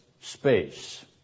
space